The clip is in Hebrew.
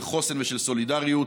של חוסן ושל סולידריות.